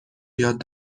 یاد